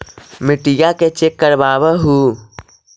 मिट्टीया के चेक करबाबहू?